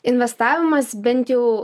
investavimas bent jau